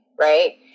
right